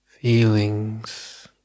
feelings